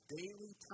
daily